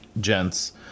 gents